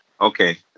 Okay